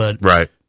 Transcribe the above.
Right